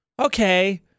okay